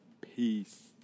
Peace